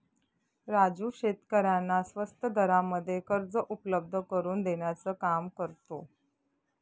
राजू शेतकऱ्यांना स्वस्त दरामध्ये कर्ज उपलब्ध करून देण्याचं काम करतो